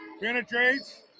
Penetrates